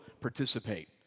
participate